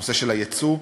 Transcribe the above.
נושא היצוא,